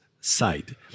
side